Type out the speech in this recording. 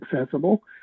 accessible